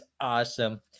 awesome